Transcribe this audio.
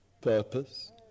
purpose